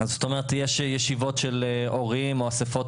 זאת אומרת שכשיש ישיבות של הורים או אספות